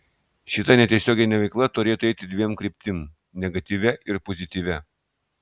šita netiesioginė veikla turėtų eiti dviem kryptim negatyvia ir pozityvia